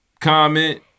comment